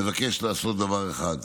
מבקש לעשות דבר אחד,